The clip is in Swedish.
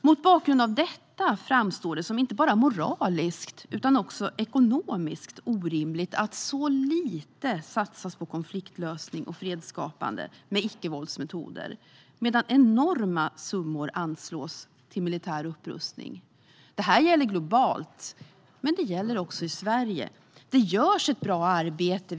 Mot bakgrund av detta framstår det som inte bara moraliskt utan också ekonomiskt orimligt att så lite satsas på konfliktlösning och fredsskapande med icke-våldsmetoder medan enorma summor anslås till militär upprustning. Detta gäller globalt, men det gäller också i Sverige. Det görs ett bra arbete.